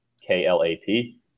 K-L-A-P